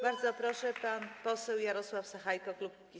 Bardzo proszę, pan poseł Jarosław Sachajko, klub Kukiz’15.